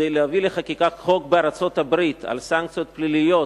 כדי להביא לחקיקת חוק בארצות-הברית על סנקציות פליליות